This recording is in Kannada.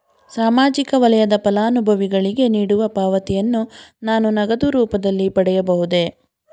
ಸಾಮಾಜಿಕ ವಲಯದ ಫಲಾನುಭವಿಗಳಿಗೆ ನೀಡುವ ಪಾವತಿಯನ್ನು ನಾನು ನಗದು ರೂಪದಲ್ಲಿ ಪಡೆಯಬಹುದೇ?